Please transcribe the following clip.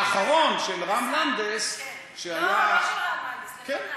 האחרון של רם לנדס, לא, לא של רם לנדס, לפניו.